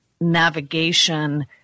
navigation